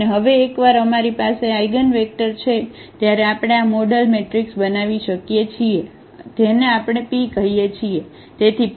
અને હવે એકવાર અમારી પાસે આઇગનવેક્ટર છે ત્યારે આપણે આ મોડેલ મેટ્રિક્સ બનાવી શકીએ છીએ જેને આપણેpકહીએ છીએ